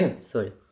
sorry